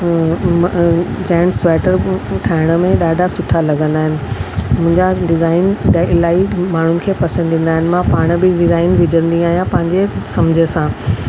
gents sweater ठाहिण में ॾाढा सुठा लॻंदा आहिनि मुंहिंजा डिजाईन इलाही माण्हुनि खे पसंदि ईंदा आहिनि मां पाण बि डिजाईन विझंदी आहियां पंहिंजे सम्झ सां